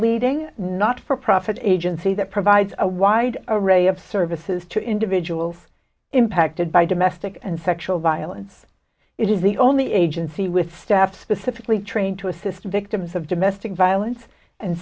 leading not for profit agency that provides a wide array of services to individuals impacted by domestic and sexual violence it is the only agency with staff specifically trained to assist victims of domestic violence and